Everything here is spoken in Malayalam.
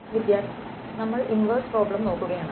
വിദ്യാർത്ഥി നമ്മൾ ഇൻവേഴ്സ് പ്രോബ്ലം നോക്കുകയാണ്